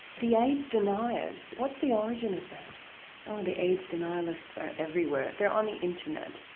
the aids deniers what's the origin of that? oh the aids denialists are everywhere, they are on the internet,